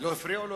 לא הפריעו לו,